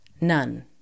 none